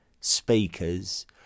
speakers